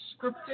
scripted